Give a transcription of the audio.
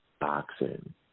boxing